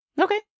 Okay